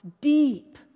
deep